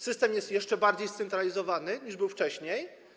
System jest jeszcze bardziej scentralizowany, niż był wcześniej.